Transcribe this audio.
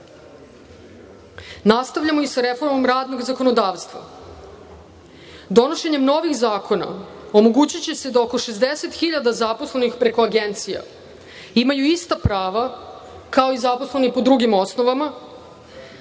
funkcionera. Nastavljamo i sa reformom radnog zakonodavstva. Donošenjem novih zakona omogućiće će se da oko 60 hiljada zaposlenih preko agencija imaju ista prava kao i zaposleni po drugim osnovama.